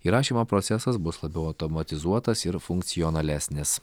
įrašymo procesas bus labiau automatizuotas ir funkcionalesnis